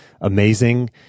amazing